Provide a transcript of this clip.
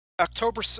October